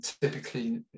typically